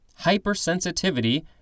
hypersensitivity